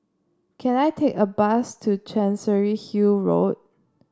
can I take a bus to Chancery Hill Road